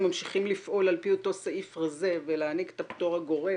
ממשיכים לפעול על פי אותו סעיף רזה ולהעניק את הפטור הגורף